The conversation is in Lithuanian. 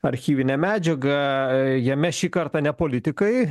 archyvinę medžiagą jame šį kartą ne politikai